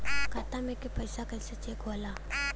खाता में के पैसा कैसे चेक होला?